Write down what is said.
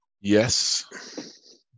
Yes